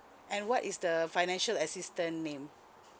and what is the financial assistance name